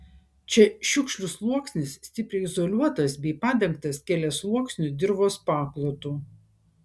čia šiukšlių sluoksnis stipriai izoliuotas bei padengtas keliasluoksniu dirvos paklotu